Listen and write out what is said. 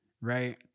right